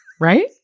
right